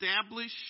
establish